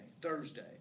Thursday